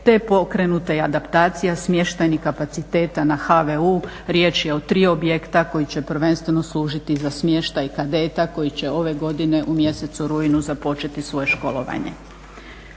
je pokrenuta i adaptacija smještajnih kapaciteta na HVU, riječ je o tri objekta koji će prvenstveno služiti za smještaj kadeta koji će ove godine u mjesecu rujnu započeti svoje školovanje.